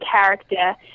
character